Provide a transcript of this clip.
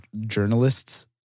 journalists